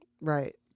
Right